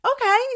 Okay